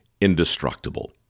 indestructible